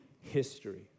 history